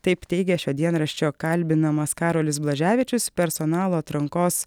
taip teigia šio dienraščio kalbinamas karolis blaževičius personalo atrankos